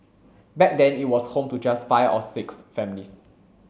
back then it was home to just five or six families